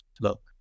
look